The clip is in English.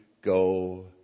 go